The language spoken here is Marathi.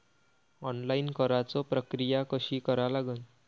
ऑनलाईन कराच प्रक्रिया कशी करा लागन?